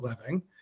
living